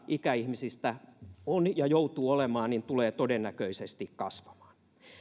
ikäihmisistä laitoksissa on ja joutuu olemaan tulee todennäköisesti kasvamaan arvoisa puhemies